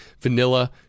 vanilla